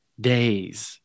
days